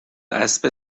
اسب